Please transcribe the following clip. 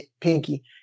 pinky